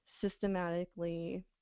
systematically